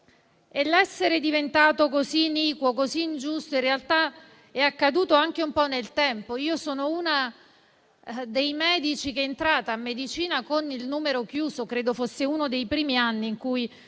L'essere diventato così iniquo e così ingiusto in realtà è accaduto anche un po' nel tempo. Sono una dei medici che è entrata a medicina con il numero chiuso, e credo fosse uno dei primi anni in cui